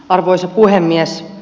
arvoisa puhemies